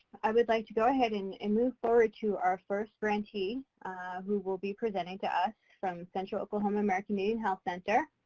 i would like to go ahead and and move forward to our first grantee who will be presenting to us from central oklahoma american indian health center.